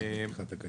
תודה.